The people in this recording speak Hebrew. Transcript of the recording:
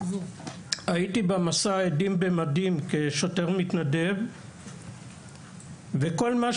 הייתי במסע "עדים במדים" כשוטר מתנדב וכל מה